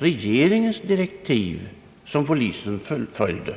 regeringens direktiv som polisen fullföljde.